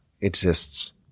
exists